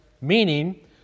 meaning